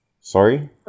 Sorry